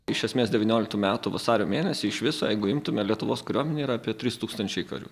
iš esmės devynioliktų metų vasario mėnesį iš viso jeigu imtume lietuvos kariuomenėj yra apie trys tūkstančiai karių